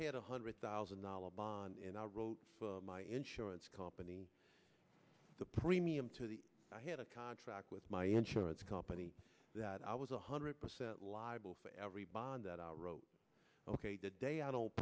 had a hundred thousand dollars bond and i wrote my insurance company the premium to the i had a contract with my insurance company that i was one hundred percent liable for every bond that i wrote ok the day i don't